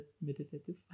Meditative